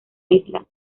isla